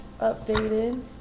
updated